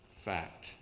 fact